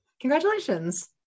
Congratulations